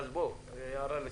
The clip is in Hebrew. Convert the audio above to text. הערה לסדר.